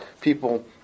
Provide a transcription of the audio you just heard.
people